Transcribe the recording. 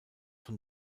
von